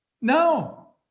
No